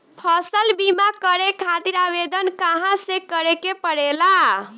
फसल बीमा करे खातिर आवेदन कहाँसे करे के पड़ेला?